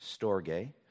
storge